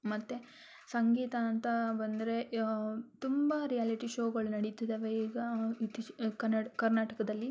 ಮತ್ತು ಸಂಗೀತ ಅಂತ ಬಂದರೆ ತುಂಬ ರಿಯಾಲಿಟಿ ಶೋಗಳು ನಡೀತ್ತಿದ್ದಾವೆ ಈಗ ಇತ್ತೀಚಿಗೆ ಕರ್ನಾಟಕದಲ್ಲಿ